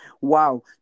wow